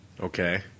Okay